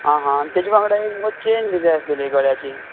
आं हां आनी तेज्या वांगडा एक मगो चेन बी जाय आसलेली गळ्याची